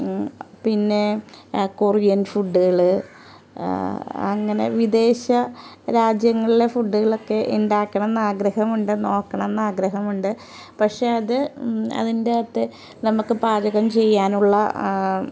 പിന്നെ കൊറിയൻ ഫുഡ്കള് അങ്ങനെ വിദേശ രാജ്യങ്ങളിലെ ഫുഡുകളൊക്കെ ഉണ്ടാക്കണം എന്ന് ആഗ്രഹമുണ്ട് നോക്കണമെന്ന് ആഗ്രഹമുണ്ട് പക്ഷേ അത് അതിന്റെ അകത്തെ നമുക്ക് പാചകം ചെയ്യാനുള്ള